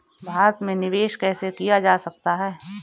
भारत में निवेश कैसे किया जा सकता है?